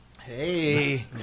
Hey